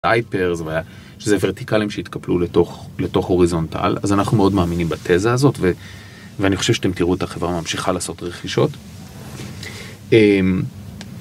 וזה ורטיקלים שהתקפלו לתוך הוריזונטל אז אנחנו מאוד מאמינים בתזה הזאת ואני חושב שאתם תראו את החברה ממשיכה לעשות רכישות.